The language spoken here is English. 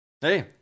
Hey